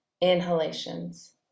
inhalations